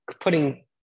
putting